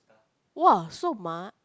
!wah! so much